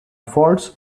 faults